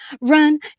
Run